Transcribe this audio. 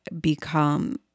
become